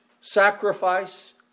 sacrifice